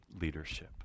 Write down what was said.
leadership